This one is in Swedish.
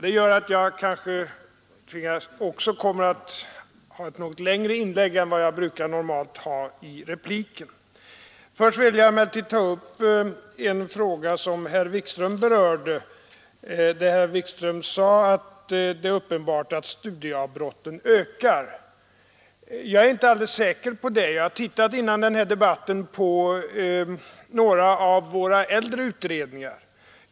Det gör att jag kanske också gör ett något längre inlägg än jag brukar göra i repliker. Först vill jag emellertid ta upp en fråga som herr Wikström berörde. Han sade att det är uppenbart att studieavbrotten ökar. Jag är inte alldeles säker på det. Jag tittade före debatten på några av våra äldre utredningar.